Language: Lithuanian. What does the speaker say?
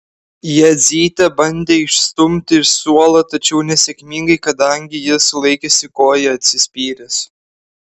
jadzytė bandė išstumti iš suolo tačiau nesėkmingai kadangi jis laikėsi koja atsispyręs